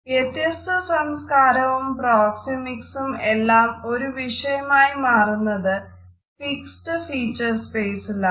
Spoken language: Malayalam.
വ്യത്യസ്ത സംസ്കാരവും പ്രോക്സെമിക്സും എല്ലാം ഒരു വിഷയമായി മാറുന്നത് ഫിക്സഡ് ഫീച്ചർ സ്പേസിലാണ്